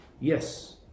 Yes